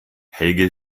helge